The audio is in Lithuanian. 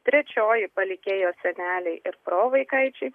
trečioji palikėjo seneliai ir provaikaičiai